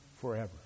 forever